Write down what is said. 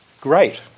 great